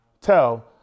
tell